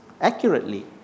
accurately